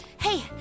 Hey